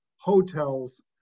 hotels